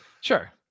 Sure